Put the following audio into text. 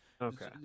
Okay